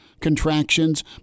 contractions